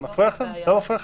זה מפריע לכם או לא מפריע לכם?